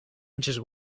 inches